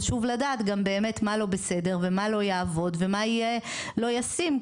חשוב לדעת גם באמת מה לא בסדר ומה לא יעבוד ומה יהיה לא ישים,